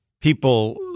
people